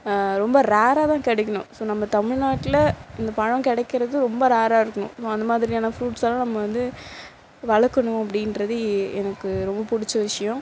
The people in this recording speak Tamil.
ரொம்ப ரேராகதான் கிடைக்கணும் ஸோ நம்ம தமிழ்நாட்டில் இந்த பழம் கிடைக்கிறது ரொம்ப ரேராக இருக்கணும் ஸோ அந்த மாதிரியான ஃப்ரூட்ஸலாம் நம்ம வந்து வளர்க்கணும் அப்படின்றது எனக்கு ரொம்ப பிடிச்ச விஷ்யம்